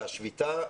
השביתה,